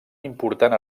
important